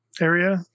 area